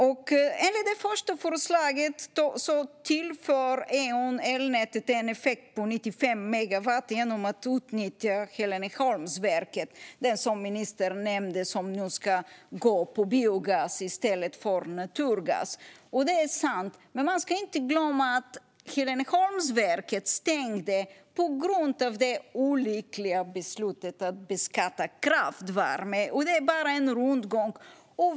Enligt det första förslaget tillför Eon elnätet en effekt på 95 megawatt genom att utnyttja Heleneholmsverket. Det är det verk som ministern nämnde som nu ska gå på biogas i stället för på naturgas. Det är sant. Men man ska inte glömma att Heleneholmsverket stängde på grund av det olyckliga beslutet att beskatta kraftvärme. Det är bara en rundgång.